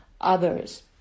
others